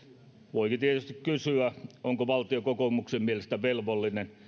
voikin tietysti kysyä onko valtio kokoomuksen mielestä velvollinen